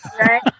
Right